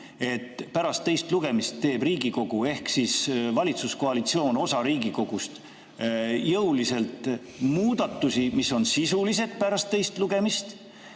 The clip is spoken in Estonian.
pärast teist lugemist teeb Riigikogu ehk valitsuskoalitsioon, osa Riigikogust, jõuliselt muudatusi, mis on sisulised, pärast teist lugemist,